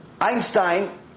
Einstein